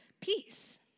peace